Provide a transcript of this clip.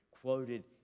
Quoted